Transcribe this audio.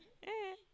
okay